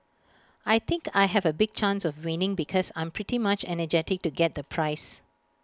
I think I have A big chance of winning because I'm pretty much energetic to get the prize